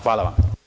Hvala vam.